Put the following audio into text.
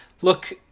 Look